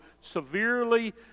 severely